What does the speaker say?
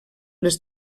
les